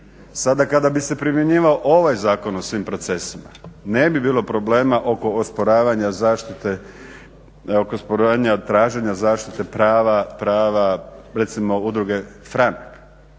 Sada kada bi se primjenjivao ovaj zakon o svim procesima ne bi bilo problema oko osporavanja traženja zaštite prava recimo Udruge "Franak",